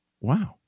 wow